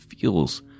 feels